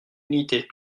unité